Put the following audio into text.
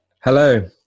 Hello